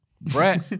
Brett